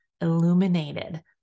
illuminated